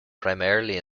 primarily